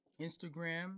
Instagram